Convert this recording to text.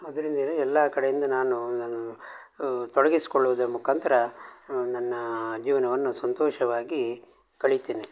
ಅದ್ರಿಂದಲೇ ಎಲ್ಲ ಕಡೆಯಿಂದ ನಾನೂ ನನ್ನ ತೊಡಗಿಸ್ಕೊಳ್ಳೋದ್ರ ಮುಖಾಂತರ ನನ್ನ ಜೀವನವನ್ನು ಸಂತೋಷವಾಗಿ ಕಳಿತೇನೆ